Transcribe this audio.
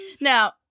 Now